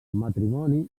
matrimoni